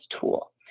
tool